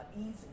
easy